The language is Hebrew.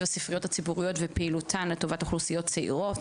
הספריות הציבוריות ופעילותן לטובת אוכלוסיות צעירות: